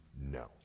no